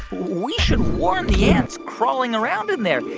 we should warn the ants crawling around in there. hey,